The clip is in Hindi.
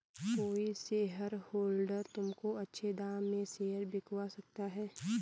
कोई शेयरहोल्डर तुमको अच्छे दाम में शेयर बिकवा सकता है